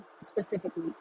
specifically